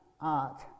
art